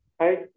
Hi